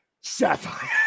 Sapphire